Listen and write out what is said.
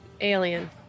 alien